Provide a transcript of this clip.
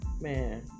man